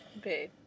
babe